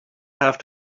have